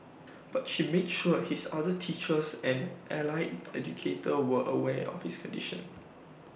but she made sure his other teachers and allied educator were aware of his condition